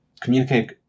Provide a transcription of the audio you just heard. communicate